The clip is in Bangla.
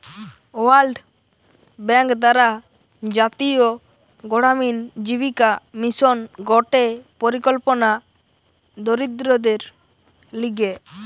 ওয়ার্ল্ড ব্যাঙ্ক দ্বারা জাতীয় গড়ামিন জীবিকা মিশন গটে পরিকল্পনা দরিদ্রদের লিগে